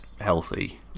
healthy